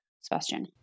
Sebastian